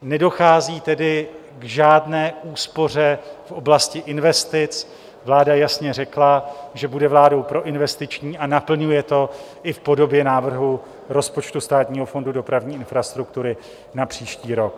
Nedochází tedy k žádné úspoře v oblasti investic, vláda jasně řekla, že bude vládou proinvestiční, a naplňuje to i v podobě návrhu rozpočtu Státního fondu dopravní infrastruktury na příští rok.